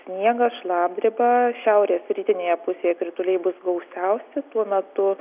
sniegas šlapdriba šiaurės rytinėje pusėje krituliai bus gausiausi tuo metu